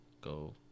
go